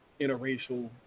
interracial